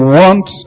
want